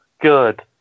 good